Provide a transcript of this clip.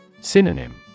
Synonym